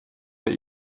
der